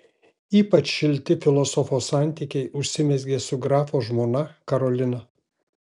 ypač šilti filosofo santykiai užsimezgė su grafo žmona karolina